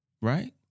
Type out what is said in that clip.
right